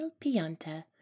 Pianta